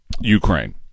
ukraine